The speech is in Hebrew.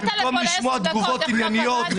במקום לשמוע תגובות ענייניות.